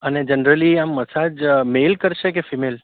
અને જનરલી આમ massage male કરશે કે ફિમેલ